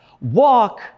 Walk